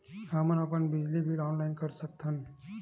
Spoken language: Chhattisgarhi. हमन अपन बिजली बिल ऑनलाइन कर सकत हन?